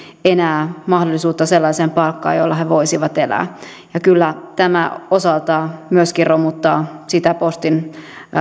enää mahdollisuutta sellaiseen palkkaan jolla he voisivat elää kyllä tämä osaltaan myöskin romuttaa sitä postin